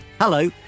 Hello